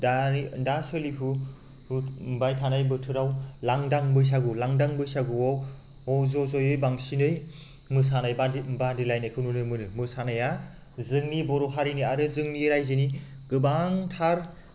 दा सोलिफुबाय थानाय बोथोराव लांदां बैसागु लांदां बैसागुआव ज' जयै बांसिनै मोसानाय बादिलायनायखौ नुनो मोनो मोसानाया जोंनि बर' हारिनि आरो जोंनि रायजोनि गोबांथार